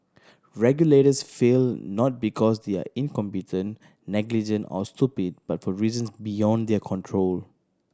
regulators fail not because they are incompetent negligent or stupid but for reasons beyond their control